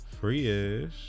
Free-ish